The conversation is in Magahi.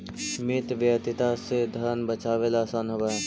मितव्ययिता से धन बचावेला असान होवऽ हई